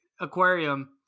aquarium